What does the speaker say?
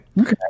Okay